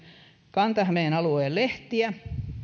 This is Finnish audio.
kanta hämeen alueen lehtiä